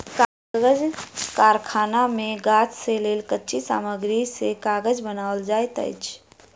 कागज़ कारखाना मे गाछ से लेल कच्ची सामग्री से कागज़ बनायल जाइत अछि